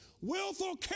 Willful